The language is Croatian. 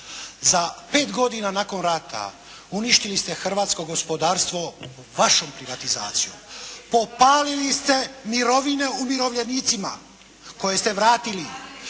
Za pet godina nakon rata uništili ste hrvatsko gospodarstvo vašom privatizacijom. Popalili ste mirovine umirovljenicima koje ste vratili.